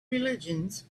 religions